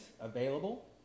available